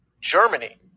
germany